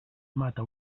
mata